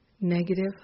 negative